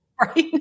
Right